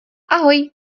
ahoj